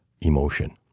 emotion